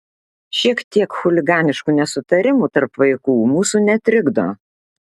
šiek tiek chuliganiškų nesutarimų tarp vaikų mūsų netrikdo